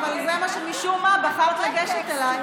אבל זה מה שמשום מה בחרת לגשת אליי,